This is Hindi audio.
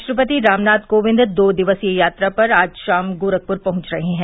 राष्ट्रपति रामनाथ कोविंद दो दिवसीय यात्रा पर आज शाम गोरखपुर पहुंच रहे हैं